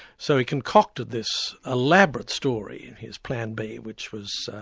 so he concocted this elaborate story in his plan b, which was